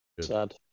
Sad